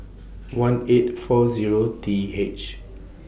one eight four Zero T H